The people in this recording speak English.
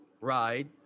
Ride